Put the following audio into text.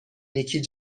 نیکی